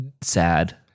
sad